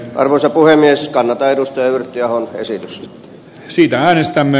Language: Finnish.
arvoisa puhemies kannattaa ja yrttiahon käsitys siitä äänestämme